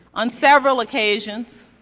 on several occasions,